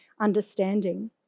understanding